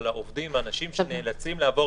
על העובדים ועל האנשים שנאלצים לעבור.